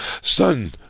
Son